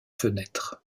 fenêtres